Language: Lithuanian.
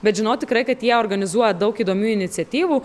bet žinau tikrai kad jie organizuoja daug įdomių iniciatyvų